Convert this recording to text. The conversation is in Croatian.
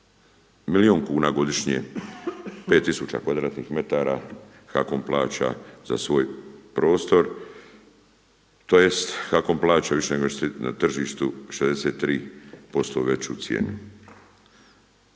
milijun kuna godišnje, 5 tisuća kvadratnih metara HAKOM plaća za svoj prostor tj. HAKOM plaća više nego što je na tržištu 63% veću cijenu.